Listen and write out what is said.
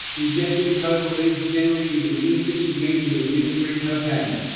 ingesting coca leaves generally is an inefficient means of administering cocaine.